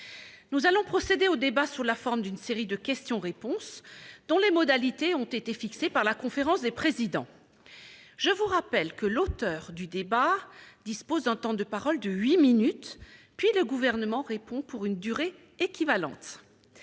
Nous allons procéder au débat sous la forme d'une série de questions-réponses, dont les modalités ont été fixées par la conférence des présidents. Je rappelle que l'auteur de la demande dispose d'un temps de parole de huit minutes, puis que le Gouvernement répond pour une durée équivalente.